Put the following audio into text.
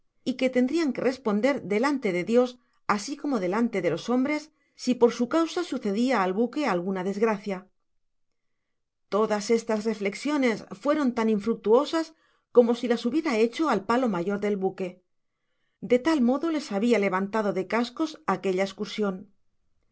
y que tendrian que responder delante de dios así como delante de los hombres si por su causa sucedia al baque alguna desgracia todas estas reflexiones fueron tan infructuosas como si las hubiera hecho al palo mayor del buque de tal modo les habia levantado de cascos aquella escursion